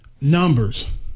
numbers